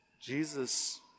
Jesus